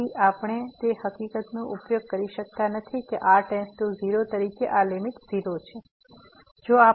તેથી આપણે તે હકીકતનો ઉપયોગ કરી શકતા નથી કે r → 0 તરીકે આ લીમીટ 0 છે